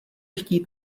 chtít